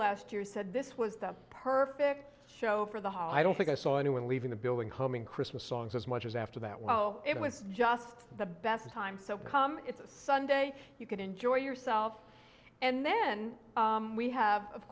last year said this was the perfect show for the hall i don't think i saw anyone leaving the building coming christmas songs as much as after that well it was just the best time so come sunday you could enjoy yourself and then we have of